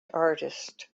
artist